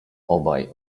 obaj